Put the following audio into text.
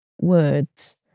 words